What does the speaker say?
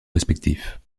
respectifs